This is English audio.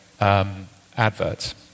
adverts